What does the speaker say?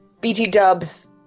BT-dubs